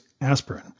aspirin